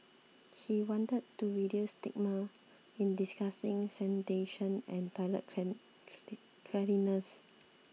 he wanted to reduce the stigma in discussing sanitation and toilet clean clean cleanliness